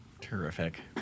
Terrific